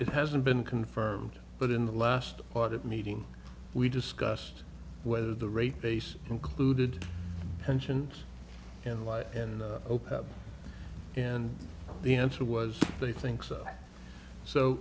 it hasn't been confirmed but in the last audit meeting we discussed whether the rate base included pensions and life and hope and the answer was they think so so